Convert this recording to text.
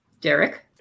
Derek